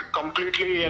completely